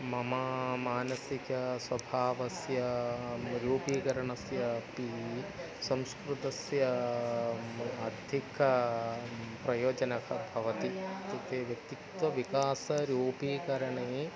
मम मानसिक स्वभावस्य रूपीकरणस्य अपि संस्कृतस्य अधिक प्रयोजनः भवति इत्युक्ते व्यक्तित्वविकासरूपीकरणे